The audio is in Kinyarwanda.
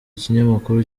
ikinyamakuru